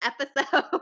episode